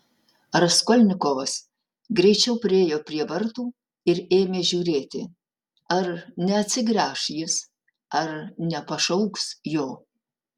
raskolnikovas greičiau priėjo prie vartų ir ėmė žiūrėti ar neatsigręš jis ar nepašauks jo